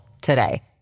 today